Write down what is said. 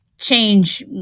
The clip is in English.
change